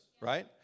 right